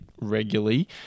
regularly